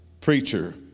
preacher